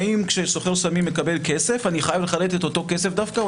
האם כשסוחר סמים מקבל כסף אני חייב לחלט אותו כסף דווקא.